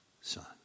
son